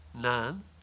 None